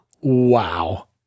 Wow